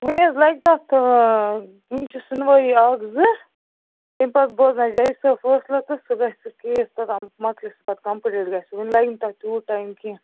وٕنۍ حظ لَگہِ تَتھ وٕنۍ چھِ سُنوٲیی اَکھ زٕ تَمہِ پَتہٕ بوزناوِ جَج صٲب فٲصلہٕ تہٕ سُہ گژھِ سُہ کیس مَکلہِ سُہ پَتہٕ کَمپٕلیٖٹ گژھِ سُہ وٕنۍ لَگہِ نہٕ تَتھ تیوٗت ٹایِم کیٚنٛہہ